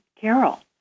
Carol